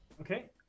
Okay